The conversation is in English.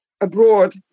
abroad